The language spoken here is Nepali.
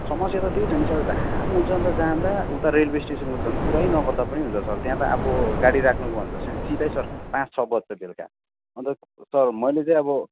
समस्या त त्यही छ नि सर जाम हुन्छ अन्त जाँदा उता रेलवे स्टेसनको त झन् कुरै नगर्दा पनि हुन्छ सर त्यहाँ त अब गाडी राख्नु गयो भने त सिधै सर पाँच छ बच्छ बेलुका अन्त सर मैले चाहिँ अब